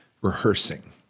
rehearsing